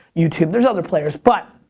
youtube, there's other players but.